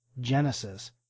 Genesis